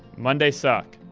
monday's suck.